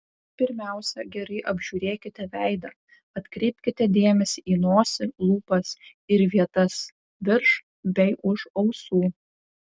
pirmiausia gerai apžiūrėkite veidą atkreipkite dėmesį į nosį lūpas ir vietas virš bei už ausų